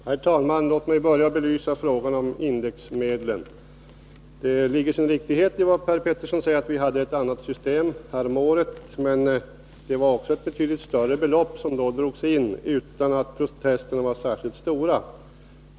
Herr talman! Låt mig börja med att belysa frågan om indexmedlen. Det är riktigt som Per Petersson säger, att vi hade ett annat system häromåret. Men det var också ett betydligt större belopp som då drogs in, utan att protesterna var särskilt stora.